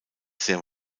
sehr